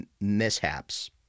mishaps